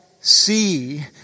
see